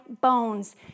bones